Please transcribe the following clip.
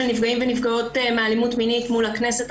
נפגעים ונפגעות מאלימות מינית מול הכנסת,